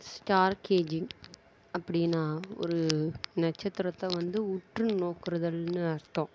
stargazing அப்படினா ஒரு நட்சத்திரத்தை வந்து உற்று நோக்குவதுன்னு அர்த்தம்